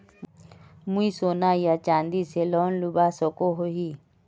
मुई सोना या चाँदी से लोन लुबा सकोहो ही?